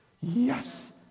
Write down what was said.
yes